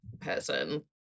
person